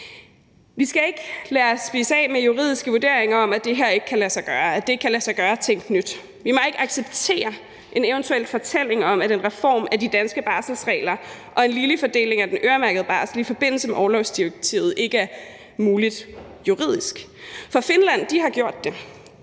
Vi skal ikke lade os spise af med juridiske vurderinger om, at det her ikke kan lade sig gøre, at det ikke kan lade sig gøre at tænke nyt. Vi må ikke acceptere en eventuel fortælling om, at en reform af de danske barselsregler og en ligelig fordeling af den øremærkede barsel i forbindelse med orlovsdirektivet ikke er muligt juridisk, for Finland har gjort det.